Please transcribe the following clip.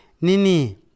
Nini